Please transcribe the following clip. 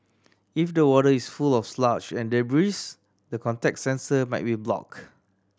if the water is full of sludge and debris the contact sensor might be blocked